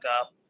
up